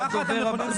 זה החוקה.